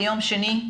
ביום שני,